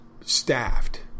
staffed